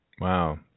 Wow